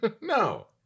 No